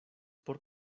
por